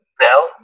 Now